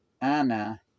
Anna